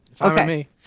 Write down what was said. Okay